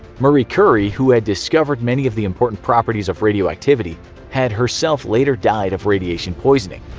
marie curie, who had discovered many of the important properties of radioactivity had herself later died of radiation poisoning.